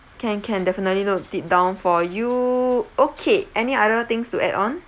can can definitely note it down for you okay any other things to add on